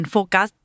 Focus